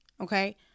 Okay